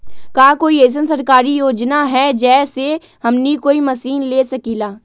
का कोई अइसन सरकारी योजना है जै से हमनी कोई मशीन ले सकीं ला?